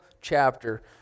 chapter